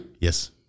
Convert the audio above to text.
Yes